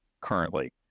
currently